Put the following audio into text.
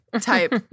type